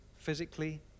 physically